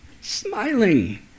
smiling